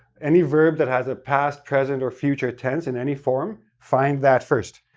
any verb that has a past, present, or future tense in any form, find that first.